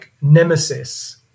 nemesis